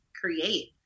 create